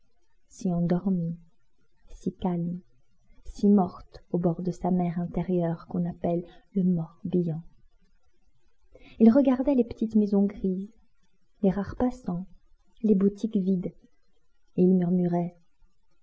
si endormie si calme si morte au bord de sa mer intérieure qu'on appelle le morbihan il regardait les petites maisons grises les rares passants les boutiques vides et il murmurait